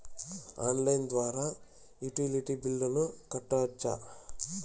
Online ద్వారా utility బిల్లులను కట్టొచ్చా?